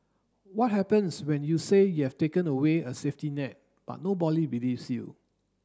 what happens when you say you've taken away a safety net but nobody believes you